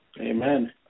Amen